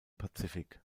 pazifik